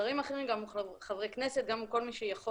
שרים אחרים וגם מול חברי הכנסת וגם מול מי שיכול.